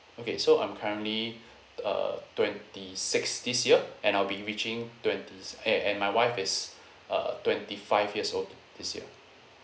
okay so I'm currently uh twenty six this year and I'll be reaching twenty eh and my wife is uh twenty five years old this year